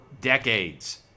decades